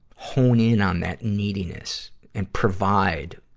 hone in on that neediness and provide